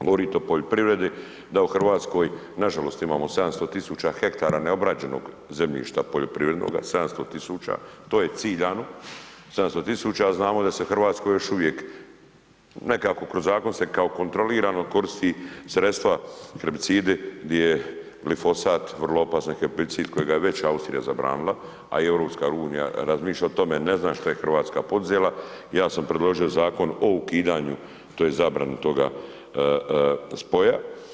Govorite o poljoprivredi, da u Hrvatskoj nažalost imamo 700.000 hektara neobrađenoga zemljišta poljoprivrednoga, 700.000 to je ciljano, 700.000 a znamo da se u Hrvatskoj još uvijek nekako kroz zakon se kao kontrolirano koristi sredstva herbicidi gdje je glifosat vrlo opasan herbicid kojega je već Austrija zabranila, a i EU razmišlja o tome, ne znam šta je Hrvatska poduzela, ja sam predložio zakon o ukidanju tj. zabrani toga spoja.